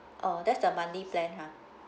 oh that's the monthly plan ha